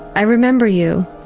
i remember you,